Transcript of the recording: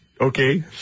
okay